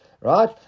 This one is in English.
Right